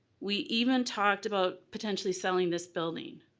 we even talked about potentially selling this building.